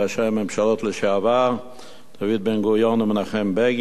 הממשלות לשעבר דוד בן-גוריון ומנחם בגין,